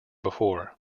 before